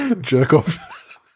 jerk-off